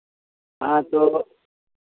हाँ तो